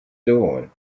dawn